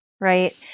right